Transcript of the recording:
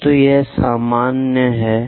तो यह सामान्य है